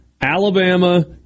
Alabama